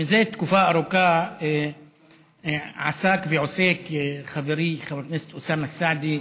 זה תקופה ארוכה עסק ועוסק חברי חבר הכנסת אוסאמה סעדי,